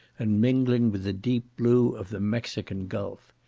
and mingling with the deep blue of the mexican gulf.